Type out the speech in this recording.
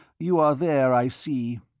you are there, i see.